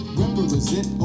represent